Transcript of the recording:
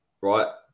right